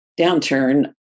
downturn